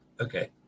Okay